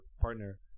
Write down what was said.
partner